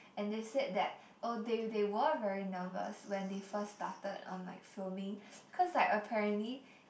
and they said that oh they they were very nervous when they first started on like filming cause like apparently